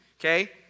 okay